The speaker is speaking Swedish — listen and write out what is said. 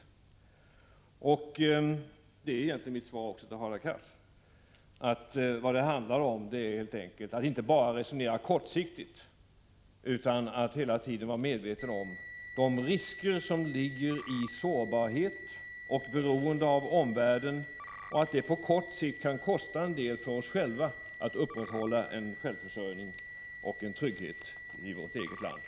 Vad det handlar om — det är egentligen mitt svar också till Hadar Cars — är helt enkelt att inte bara resonera kortsiktigt utan hela tiden vara medveten om de risker som ligger i sårbarhet och beroende av omvärlden och att det på kort sikt kan kosta en del för oss själva att upprätthålla en självförsörjning och en trygghet i vårt eget land.